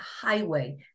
highway